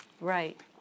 Right